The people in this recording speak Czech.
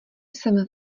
jsem